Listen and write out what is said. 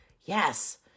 Yes